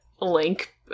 link